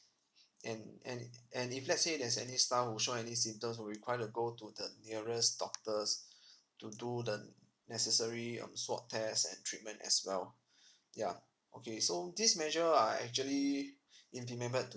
and and i~ and if let's say there's any staff who's shown any symptoms will require go to the nearest doctors to do the n~ necessary um swab test and treatment as well yeah okay so this measure are actually implemented